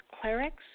clerics